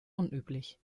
unüblich